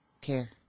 care